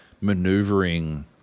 maneuvering